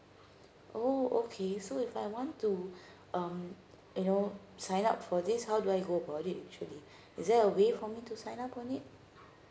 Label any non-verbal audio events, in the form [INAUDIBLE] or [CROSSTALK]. oh okay so if I want to [BREATH] um you know sign up for this how do I go about it actually is there a way for me to sign up on it